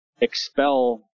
expel